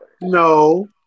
No